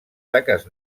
taques